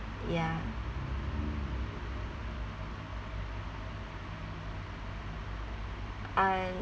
ya uh